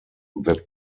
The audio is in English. that